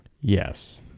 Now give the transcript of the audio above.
yes